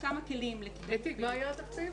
אתי, מה היה התקציב?